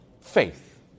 faith